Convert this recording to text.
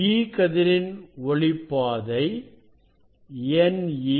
E கதிரின் ஒளி பாதை ne